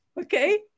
okay